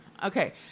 Okay